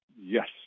Yes